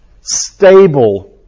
stable